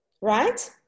right